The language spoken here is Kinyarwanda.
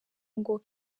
ngo